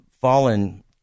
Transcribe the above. fallen